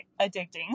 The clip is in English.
addicting